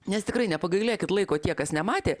nes tikrai nepagailėkit laiko tie kas nematė